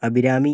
Abhirami